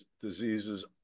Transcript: diseases